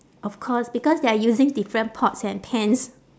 of course because they are using different pots and pans